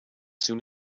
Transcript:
soon